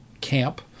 camp